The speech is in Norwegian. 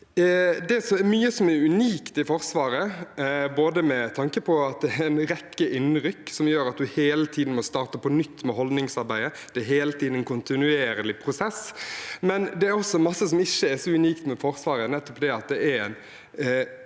Det er mye som er unikt i Forsvaret, både med tanke på at det er en rekke innrykk som gjør at man hele tiden må starte på nytt med holdningsarbeidet, at det hele tiden er en kontinuerlig prosess, men det er også mye som ikke er så unikt, som at det er en